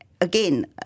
again